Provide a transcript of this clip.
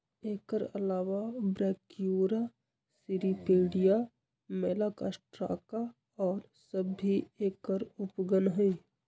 एकर अलावा Brachyura, Cirripedia, Malacostraca और सब भी एकर उपगण हई